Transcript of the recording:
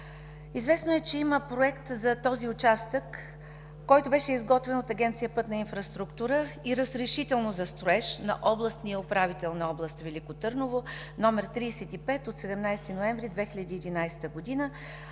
Известно е, че има проект за този участък, който беше изготвен от Агенция „Пътна инфраструктура” и Разрешително за строеж на областния управител на област Велико Търново № 35 от 17 ноември 2011 г.,